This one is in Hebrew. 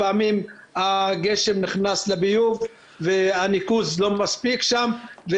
לפעמים הגשם נכנס לביוב והניקוז לא מספיק שם.